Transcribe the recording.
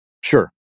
Sure